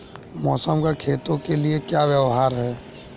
मौसम का खेतों के लिये क्या व्यवहार है?